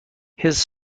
his